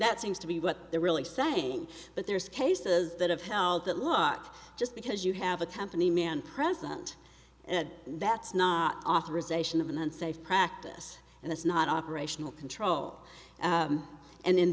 that seems to be what they're really saying but there's cases that have held that lot just because you have a company man present that's not authorization of an unsafe practice and that's not operational control and in